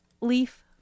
leaf